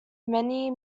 many